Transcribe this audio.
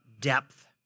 depth